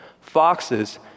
Foxes